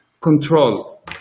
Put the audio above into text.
control